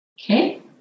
Okay